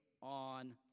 on